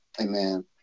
Amen